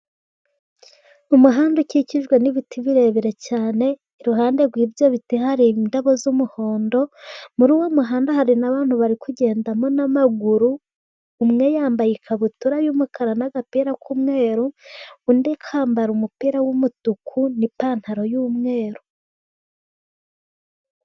Umuhanda ukikijwe n'ibiti birebire cyane, iruhande rw'ibyo biti hari indabo z'umuhondo. Muri uwo muhanda hari n'abantu bari kugendamo n'amaguru, umwe yambaye ikabutura y'umukara n'agapira k'umweru. Undi akambara umupira w'umutuku n'ipantaro y'umweru.